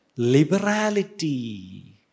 Liberality